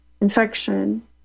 infection